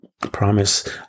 promise